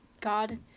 God